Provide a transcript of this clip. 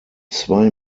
zwei